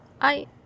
I-